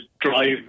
drive